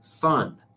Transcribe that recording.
fun